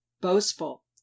boastful